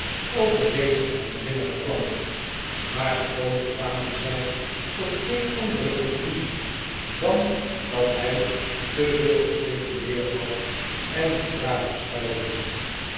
over dezen geheimzinnigen klant maar gewoonlijk kwamen zij tot geen andere conclusie dan dat hij te veel gespeculeerd had en zich daarom schuil